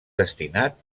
destinat